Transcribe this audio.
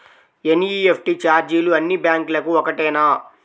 NEFT ఛార్జీలు అన్నీ బ్యాంక్లకూ ఒకటేనా?